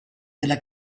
della